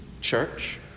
church